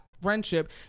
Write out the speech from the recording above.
friendship